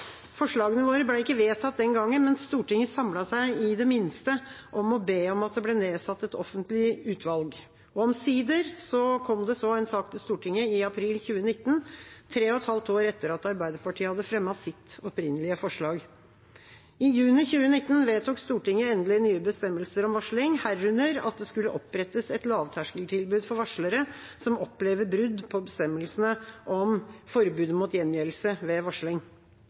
Forslagene våre ble ikke vedtatt den gangen, men Stortinget samlet seg i det minste om å be om at det ble nedsatt et offentlig utvalg. Omsider kom det så en sak til Stortinget, i april 2019, tre og et halvt år etter at Arbeiderpartiet hadde fremmet sitt opprinnelige forslag. I juni 2019 vedtok Stortinget endelig nye bestemmelser om varsling, herunder at det skulle opprettes et lavterskeltilbud for varslere som opplever brudd på bestemmelsene om forbud mot gjengjeldelse ved varsling.